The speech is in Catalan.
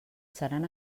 seran